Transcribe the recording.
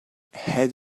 had